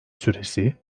süresi